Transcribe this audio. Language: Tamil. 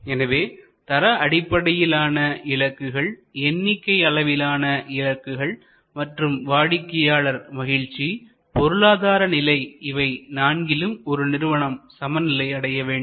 எனவே தர அடிப்படையிலான இலக்குகள்எண்ணிக்கை அளவிலான இலக்குகள் மற்றும் வாடிக்கையாளர் மகிழ்ச்சி பொருளாதார நிலை இவை நான்கிலும் ஒரு நிறுவனம் சமநிலை அடைய வேண்டும்